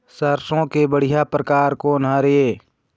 सरसों के बढ़िया परकार कोन हर ये?